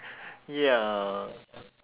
ya